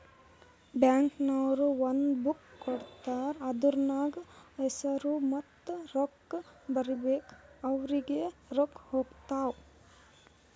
bank ನವ್ರು ಒಂದ್ book ಕೊಡ್ತಾರ್ ಅದೂರ್ನಗ್ ಹೆಸುರ ಮತ್ತ ರೊಕ್ಕಾ ಬರೀಬೇಕು ಅವ್ರಿಗೆ ರೊಕ್ಕಾ ಹೊತ್ತಾವ್